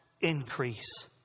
increase